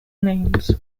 names